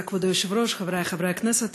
תודה, כבוד היושב-ראש, חברי חברי הכנסת,